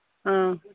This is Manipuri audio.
ꯑꯥ